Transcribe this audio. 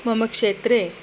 ममक्षेत्रे